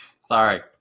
Sorry